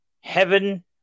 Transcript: Heaven